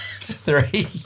three